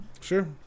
sure